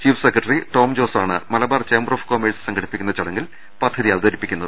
chief secretary Tom ജോസാണ് Malabar chamber of commerce സംഘടിപ്പിക്കുന്ന ചടങ്ങിൽ പദ്ധതി അവതരിപ്പിക്കുന്നത്